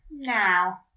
now